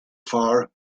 far